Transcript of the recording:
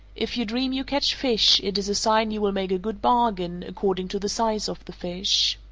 if you dream you catch fish, it is a sign you will make a good bargain, according to the size of the fish.